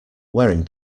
wearing